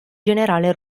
generale